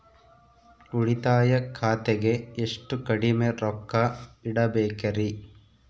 ಉಳಿತಾಯ ಖಾತೆಗೆ ಎಷ್ಟು ಕಡಿಮೆ ರೊಕ್ಕ ಇಡಬೇಕರಿ?